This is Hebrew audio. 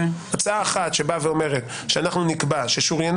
ההצעה הראשונה אומרת שנקבע ש-"שוריינה